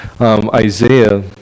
Isaiah